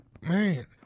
man